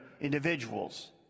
individuals